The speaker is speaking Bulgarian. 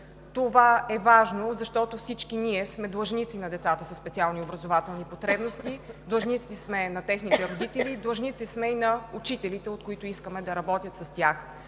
Това е важно, защото всички ние сме длъжници на децата със специални образователни потребности, длъжници сме на техните родители, длъжници сме и на учителите, които искаме да работят с тях.